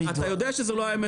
אתה יודע שזאת לא האמת.